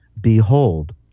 Behold